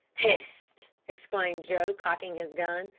hist! exclaimed joe, cocking his gun,